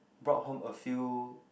brought home a few